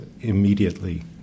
immediately